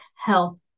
health